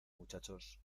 muchachos